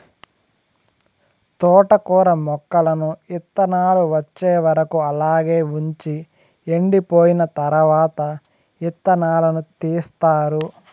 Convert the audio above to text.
తోటకూర మొక్కలను ఇత్తానాలు వచ్చే వరకు అలాగే వుంచి ఎండిపోయిన తరవాత ఇత్తనాలను తీస్తారు